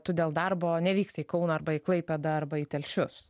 tu dėl darbo nevyksi į kauną arba į klaipėdą arba į telšius